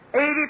Eighty